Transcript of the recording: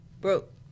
broke